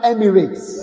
Emirates